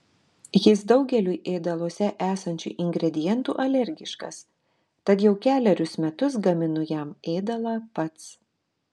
jis daugeliui ėdaluose esančių ingredientų alergiškas tad jau kelerius metus gaminu jam ėdalą pats